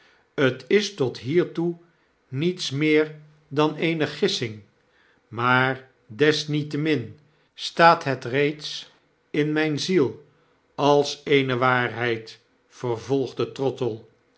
t is tot hiertoe niets meer dan eene gissing maar desniettemin staat het reeds in mijne ziel als eene waarheid vervolgde trottle